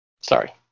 Sorry